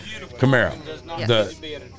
Camaro